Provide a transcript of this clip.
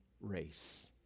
race